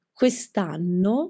quest'anno